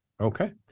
Okay